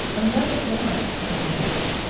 unless what i asked.